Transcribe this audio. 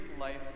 life